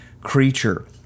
creature